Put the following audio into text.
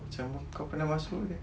macam kau pernah masuk aja